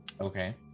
Okay